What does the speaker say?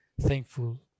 thankful